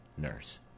nurse.